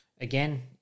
again